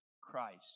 Christ